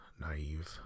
naive